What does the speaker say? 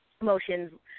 Motions